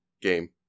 game